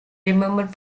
remembered